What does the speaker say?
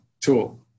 tool